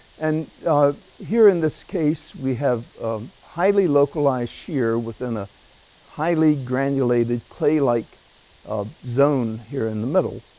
and here, in this case, we have highly localized shear within a highly granulated clay-like a zone here in the middle.